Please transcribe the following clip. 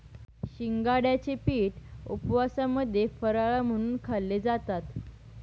शिंगाड्याचे पीठ उपवासामध्ये फराळ म्हणून खाल्ले जातात